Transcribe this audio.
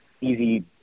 Easy